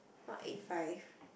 what eight five